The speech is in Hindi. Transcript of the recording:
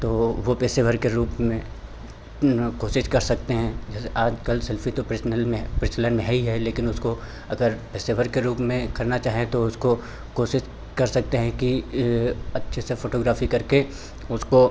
तो वो पेशेवर के रूप में न कोशिश कर सकते हैं जैसे आज कल सेल्फ़ी तो प्रचलन में है प्रचलन में हई है लेकिन उसको अगर पेशेवर के रूप में करना चाहें तो उसको कोशिश कर सकते हैं कि अच्छे से फ़ोटोग्राफ़ी करके उसको